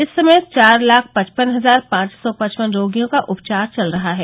इस समय चार लाख पचपन हजार पांव सौ पचपन रोगियों का उपचार चल रहा हैं